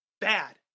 bad